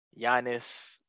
Giannis